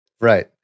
Right